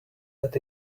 that